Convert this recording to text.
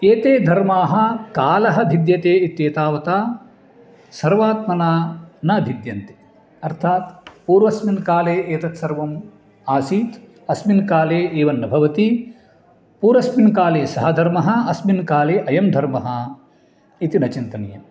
एते धर्माः कालः भिद्यते इत्येतावता सर्वात्मना न भिद्यन्ते अर्थात् पूर्वस्मिन् काले एतत्सर्वम् आसीत् अस्मिन् काले एव न भवति पूर्वस्मिन् काले सः धर्मः अस्मिन् काले अयं धर्मः इति न चिन्तनीम्